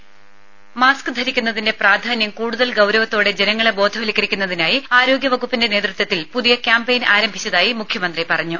voice രംഭ mask ധരിക്കുന്നതിന്റെ പ്രാധാന്യം കൂടുതൽ ഗൌരവത്തോടെ ജനങ്ങളെ ബോധവൽക്കരിക്കുന്നതിനായി ആരോഗ്യവകുപ്പിന്റെ നേതൃത്വത്തിൽ പുതിയ ക്യാമ്പയിൻ ആരംഭിച്ചതായി മുഖ്യമന്ത്രി പറഞ്ഞു